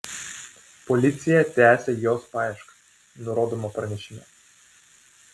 policija tęsią jos paiešką nurodoma pranešime